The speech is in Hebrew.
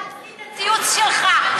צייצתי את הציוץ שלך.